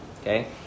Okay